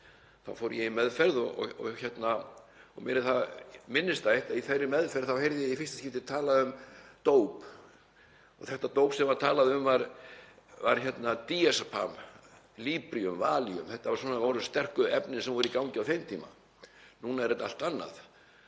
Þá fór ég í meðferð og mér er það minnisstætt að í þeirri meðferð heyrði ég í fyrsta skipti talað um dóp. Þetta dóp sem var talað um var diazepam, librium, valium, þetta voru sterku efnin sem voru í gangi á þeim tíma. Núna er þetta allt annað